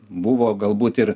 buvo galbūt ir